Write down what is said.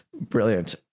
Brilliant